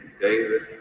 David